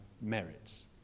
merits